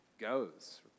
goes